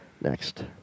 Next